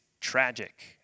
tragic